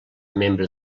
membre